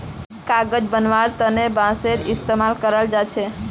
कागज बनव्वार तने बांसेर इस्तमाल कराल जा छेक